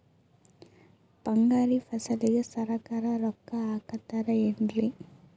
ಪರಂಗಿ ಫಸಲಿಗೆ ಸರಕಾರ ರೊಕ್ಕ ಹಾಕತಾರ ಏನ್ರಿ?